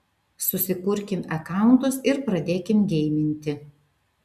susikurkim akauntus ir pradėkim geiminti